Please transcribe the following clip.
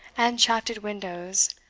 and shafted windows,